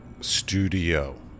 studio